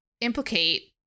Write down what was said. implicate